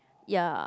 ya